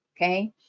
Okay